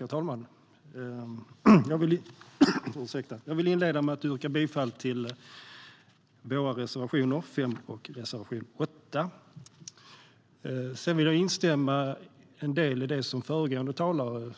Herr talman! Jag vill inleda med att yrka bifall till våra reservationer 5 och 8. Jag vill också instämma i en del av det som föregående talare,